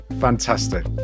Fantastic